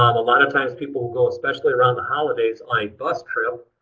um a lot of times people will go, especially around the holidays on a bus trip,